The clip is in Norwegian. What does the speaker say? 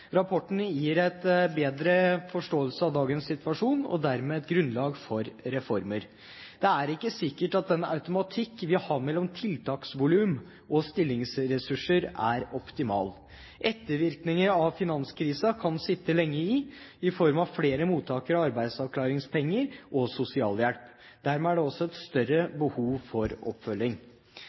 Rapporten gir en bedre forståelse av dagens situasjon og dermed grunnlag for reformer. Det er ikke sikkert at den automatikk vi har mellom tiltaksvolum og stillingsressurser, er optimal. Ettervirkninger av finanskrisen kan sitte lenge i i form av flere mottakere av arbeidsavklaringspenger og sosialhjelp. Dermed er det også et større behov for oppfølging.